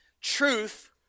Truth